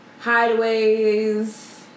hideaways